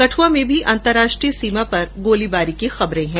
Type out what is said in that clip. कठुआ में भी अंतर्राष्ट्रीय सीमा पर गोलीबारी की खबरें हैं